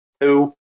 two